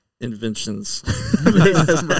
inventions